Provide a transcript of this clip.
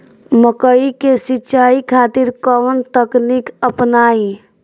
मकई के सिंचाई खातिर कवन तकनीक अपनाई?